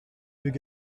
vieux